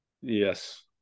Yes